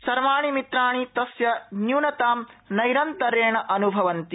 सर्वाणि मित्राणि तस्य न्यूनतां नैरन्तर्येण अन्भवन्ति